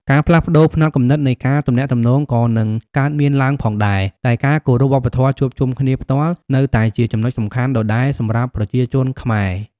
ការផ្លាស់ប្ដូរផ្នត់គំនិតនៃការទំនាក់ទំនងក៏នឹងកើតមានឡើងផងដែរ តែការគោរពវប្បធម៌ជួបជុំគ្នាផ្ទាល់នៅតែជាចំណុចសំខាន់ដដែលសម្រាប់ប្រជាជនខ្មែរ។